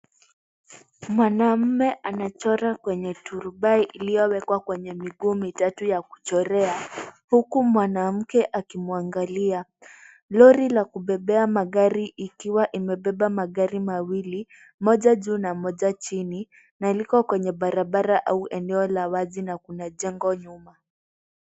Mwanaume anachora kwenye turubai iliyowekwa kwenye miguu mitatu ya kuchorea.,huku mwanamke akimwangalia. Lori la kubebea magari ikiwa imebeba magari mawili, moja juu na moja chini, na liko kwenye barabara au eneo la wazi na kuna jengo nyuma.